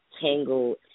tangled